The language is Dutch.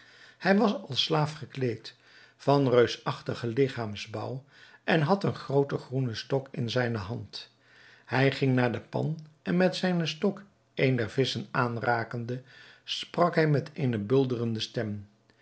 hij was als slaaf gekleed van reusachtigen ligchaamsbouw en had een grooten groenen stok in zijne hand hij ging naar de pan en met zijnen stok een der visschen aanrakende sprak hij met eene bulderende stem